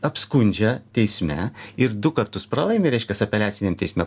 apskundžia teisme ir du kartus pralaimi reiškias apeliaciniam teisme